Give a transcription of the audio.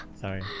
Sorry